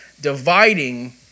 dividing